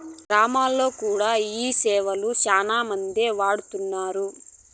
గ్రామాల్లో కూడా ఈ సేవలు శ్యానా మందే వాడుతున్నారు